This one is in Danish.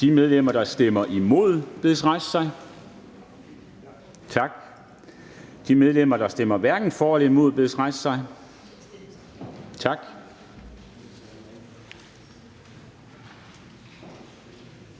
De medlemmer, der stemmer imod, bedes rejse sig. Tak. De medlemmer, der stemmer hverken for eller imod, bedes rejse sig. Tak.